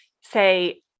say